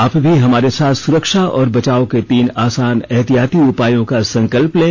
आप भी हमारे साथ सुरक्षा और बचाव के तीन आसान एहतियाती उपायों का संकल्प लें